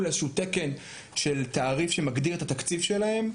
איזשהו תקן של תעריף שמגדיר את התקציב שלהם.